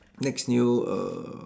next new err